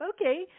Okay